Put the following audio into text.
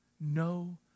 No